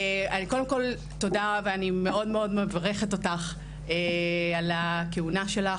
קודם כל, אני מברכת אותך על הכהונה שלך.